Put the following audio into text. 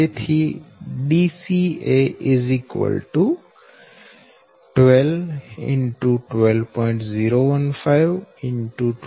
તેથી Dca 12 X 12